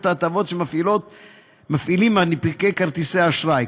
הטבות שמפעילים מנפיקי כרטיסי אשראי.